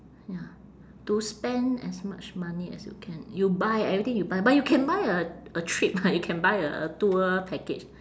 ya to spend as much money as you can you buy everything you buy but you can buy a a trip ah you can buy a tour package